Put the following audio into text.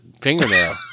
fingernail